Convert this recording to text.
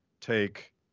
take